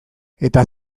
eta